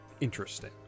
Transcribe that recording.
interesting